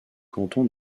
canton